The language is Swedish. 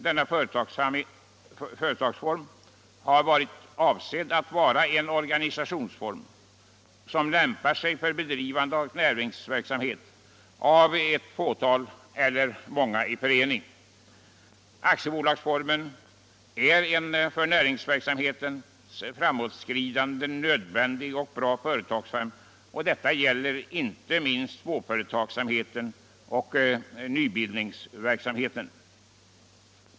Denna företagsform är avsedd att vara en organi sationsform som lämpar sig för bedrivande av näringsverksamhet av ett — Nr 76 fåtal eller av många i förening. Aktiebolagsformen är en för närings Fredagen den verksamhetens framåtskridande nödvändig och bra företagsform. Detta 5 mars 1976 gäller inte minst småföretagsamheten och nybildningsverksamheten.